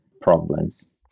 problems